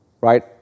right